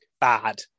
bad